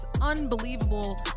unbelievable